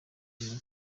rwemera